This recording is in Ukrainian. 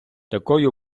такою